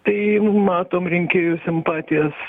tai matom rinkėjų simpatijas